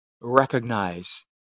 recognize